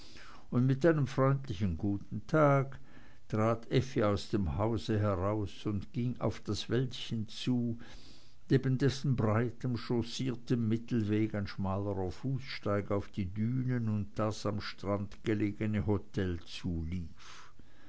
und mit einem freundlichen guten tag trat effi aus dem hause heraus und ging auf das wäldchen zu neben dessen breitem chaussierten mittelweg ein schmalerer fußsteig auf die dünen und das am strand gelegene hotel zulief